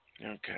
Okay